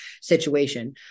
situation